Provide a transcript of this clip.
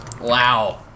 Wow